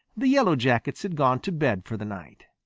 the yellow jackets had gone to bed for the night.